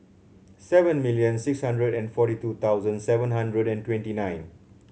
seven million six hundred and forty two thousand seven hundred and twenty nine